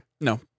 No